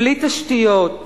בלי תשתיות,